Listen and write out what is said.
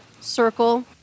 circle